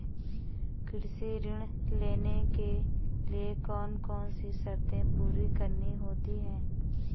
कृषि ऋण लेने के लिए कौन कौन सी शर्तें पूरी करनी होती हैं?